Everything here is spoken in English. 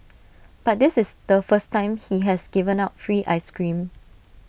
but this is the first time he has given out free Ice Cream